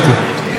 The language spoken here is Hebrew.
כאפילוג,